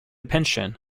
pension